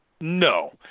No